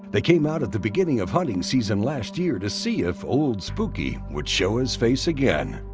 they came out at the beginning of hunting season last year to see if old spooky would show his face again.